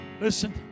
Listen